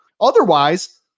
Otherwise